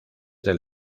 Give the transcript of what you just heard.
del